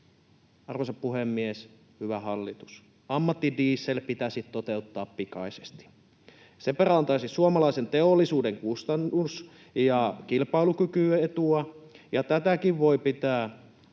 Arvoisa puhemies! Hyvä hallitus! Ammattidiesel pitäisi toteuttaa pikaisesti. Se parantaisi suomalaisen teollisuuden kustannus- ja kilpailukykyetua. Tätäkin voi pitää